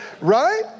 Right